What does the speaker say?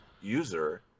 user